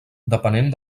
depenent